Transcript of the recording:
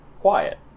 quiet